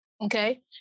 okay